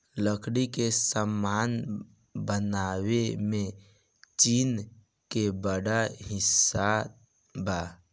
लकड़ी के सामान बनावे में चीन के बड़ हिस्सा बा